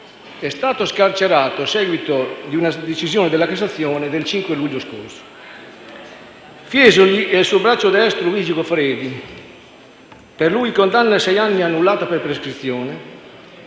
è stato scarcerato a seguito di una decisione della Cassazione del 5 luglio scorso. Fiesoli e il suo braccio destro Luigi Goffredi (per lui condanna a sei anni annullata per prescrizione)